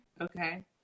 okay